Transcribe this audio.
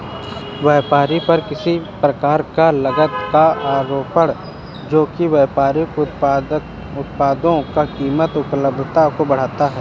व्यापार पर किसी प्रकार की लागत का आरोपण जो कि व्यापारिक उत्पादों की कीमत या उपलब्धता को बढ़ाता है